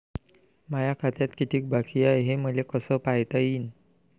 माया खात्यात कितीक बाकी हाय, हे मले कस पायता येईन?